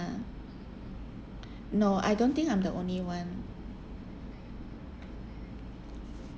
no I don't think I'm the only one